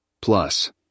Plus